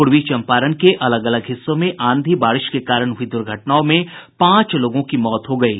पूर्वी चंपारण के अलग अलग हिस्सों में आंधी बारिश के कारण हुयी दुर्घटनाओं में पांच लोगों की मौत हो गयी